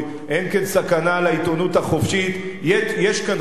אין כאן סכנה לעיתונות החופשית.